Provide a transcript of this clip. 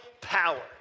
power